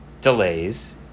delays